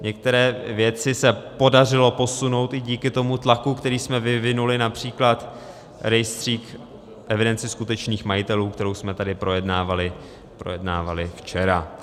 Některé věci se podařilo posunout i díky tomu tlaku, který jsme vyvinuli, např. rejstřík evidence skutečných majitelů, který jsme tady projednávali včera.